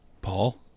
Paul